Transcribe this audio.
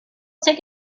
take